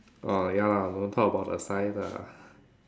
err ya lah don't talk about the size lah